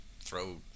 throw